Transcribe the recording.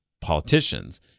politicians